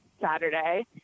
saturday